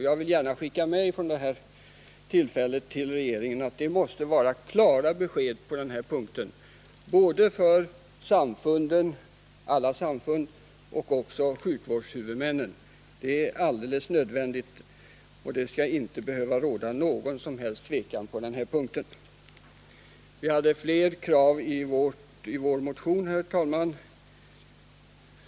Jag vill gärna vid det här tillfället med adress till regeringen säga att det måste vara klara besked på den här punkten — både för alla samfund och för sjukvårdshuvudmännen. Det är alldeles nödvändigt, och det skall inte behöva råda någon som helst tvekan i det avseendet. Vi hade fler krav i vår motion, herr talman.